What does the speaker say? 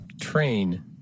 train